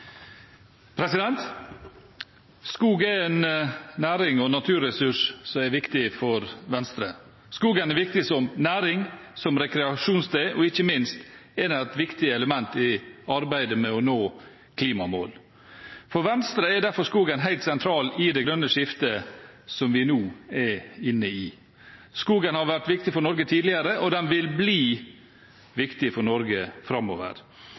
Skog er en næring og naturressurs som er viktig for Venstre. Skogen er viktig som næring, som rekreasjonssted, og ikke minst er den et viktig element i arbeidet med å nå klimamål. For Venstre er derfor skogen helt sentral i det grønne skiftet som vi nå er inne i. Skogen har vært viktig for Norge tidligere, og den vil bli viktig for Norge framover.